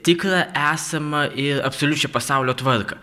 tikrą esamą ir absoliučią pasaulio tvarką